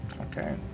Okay